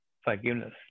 forgiveness